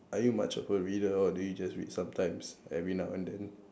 are you much of a reader or do you just read sometimes every now and then